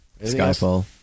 Skyfall